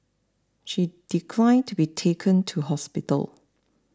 she declined to be taken to hospital